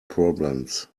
problems